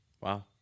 Wow